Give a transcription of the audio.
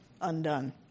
undone